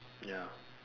ya